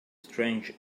strange